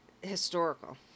historical